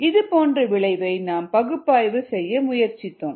இது போன்ற விளைவை நாம் பகுப்பாய்வு செய்ய முயற்சித்தோம்